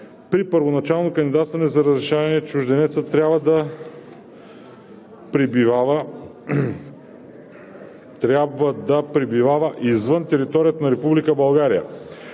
При първоначално кандидатстване за разрешение чужденецът трябва да пребивава извън територията на